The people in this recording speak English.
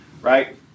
right